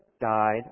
died